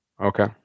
Okay